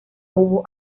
hubo